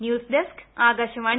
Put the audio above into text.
news desk Akashvani